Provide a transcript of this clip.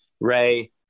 Ray